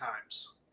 times